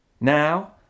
Now